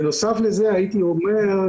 בנוסף לזה הייתי אומר,